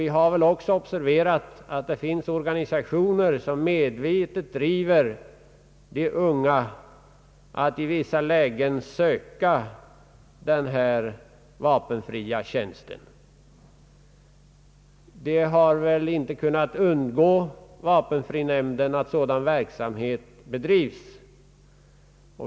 Vi har väl också observerat att det finns organisationer som medvetet driver de unga att i vissa lägen söka vapenfri tjänst. Det har inte kunnat undgå vapenfrinämnden att sådan verksamhet bedrivs.